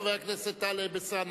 חבר הכנסת טלב אלסאנע,